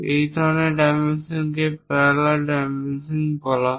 এই ধরনের ডাইমেনশনকে প্যারালাল ডাইমেনশন বলা হয়